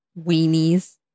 Weenies